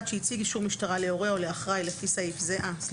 שהציג אישור משטרה להורה או לאחראי לפי סעיף זה לא